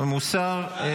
מוסר.